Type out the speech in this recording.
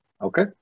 Okay